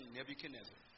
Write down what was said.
Nebuchadnezzar